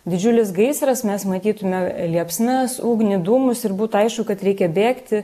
didžiulis gaisras mes matytume liepsnas ugnį dūmus ir būtų aišku kad reikia bėgti